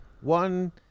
one